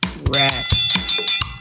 rest